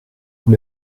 vous